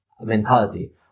mentality